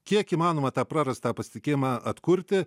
kiek įmanoma tą prarastą pasitikėjimą atkurti